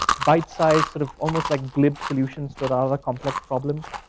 bite sized sort of, almost like glib solutions to but our complex problems.